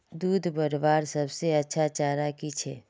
दूध बढ़वार सबसे अच्छा चारा की छे?